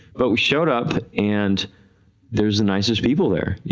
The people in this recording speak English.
but we showed up and there's the nicest people there,